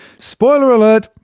spoiler alert!